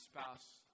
spouse